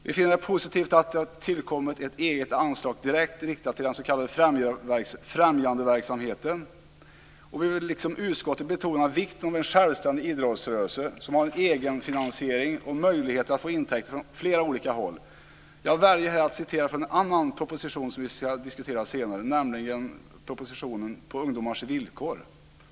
Vi finner det positivt att det har tillkommit ett eget anslag direkt riktat till den s.k. främjandeverksamheten. Vi vill liksom utskottet betona vikten av en självständig idrottsrörelse som har en egenfinansiering och möjligheter att få intäkter från flera olika håll. Jag väljer här att citera från en annan proposition som vi ska diskutera senare, nämligen propositionen På ungdomars villkor.